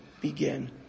begin